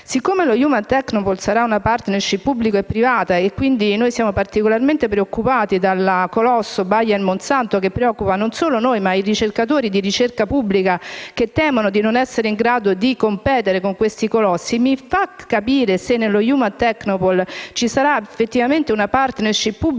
che lo Human technopole sarà una *partnership* pubblico-privata e noi siamo particolarmente preoccupati dal colosso Bayer Monsanto, che preoccupa non solo noi, ma anche gli addetti alla ricerca pubblica, che temono di non essere in grado di competere con questi colossi. Vorrei capire se nello Human technopole ci sarà effettivamente una *partnership* pubblico-privata